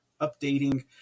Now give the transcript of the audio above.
updating